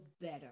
better